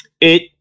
it-